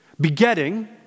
Begetting